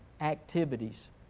activities